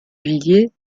villiers